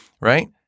right